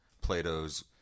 Plato's